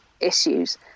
issues